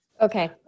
Okay